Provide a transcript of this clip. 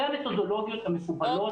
זה המתודולוגיות המקובלות.